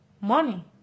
money